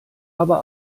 aber